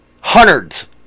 hundreds